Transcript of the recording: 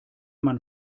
man